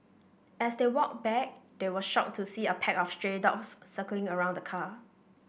as they walked back they were shocked to see a pack of stray dogs circling around the car